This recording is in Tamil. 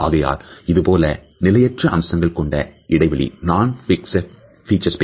ஆகையால் இதுபோல நிலையற்ற அம்சங்கள் கொண்ட இடைவெளி non fixed feature space